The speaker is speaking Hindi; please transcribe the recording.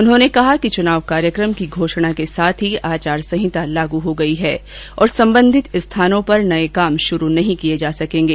उन्होंने बताया कि चुनाव कार्यकम की घोषणा के साथ ही आचार संहिता लागू हो गयी है और संबंधित स्थानों पर नये काम शुरू नहीं किये जा सकेंगे